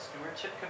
stewardship